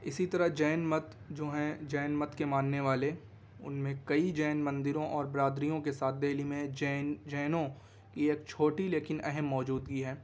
اسی طرح جین مت جو ہیں جین مت کے ماننے والے ان میں کئی جین مندروں اور برادریوں کے ساتھ دہلی میں جین جینوں یہ چھوٹی لیکن اہم موجودگی ہے